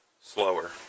slower